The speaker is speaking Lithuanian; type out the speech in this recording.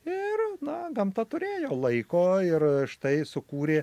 ir na gamta turėjo laiko ir štai sukūrė